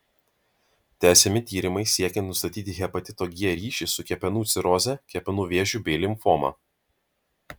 tęsiami tyrimai siekiant nustatyti hepatito g ryšį su kepenų ciroze kepenų vėžiu bei limfoma